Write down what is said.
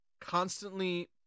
Constantly